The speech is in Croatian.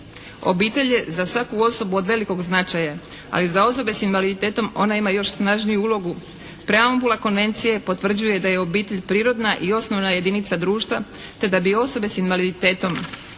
Obitelj je za svaku osobu od velikog značaja, ali za osobe s invaliditetom ona ima još snažniju ulogu. Preambula Konvencije potvrđuje da je obitelj prirodna i osnovna jedinica društva te da bi osobe s invaliditetom